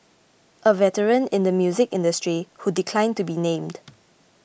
a veteran in the music industry who declined to be named